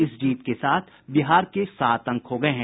इस जीत के साथ बिहार के सात अंक हो गये हैं